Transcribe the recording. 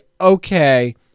okay